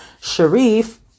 Sharif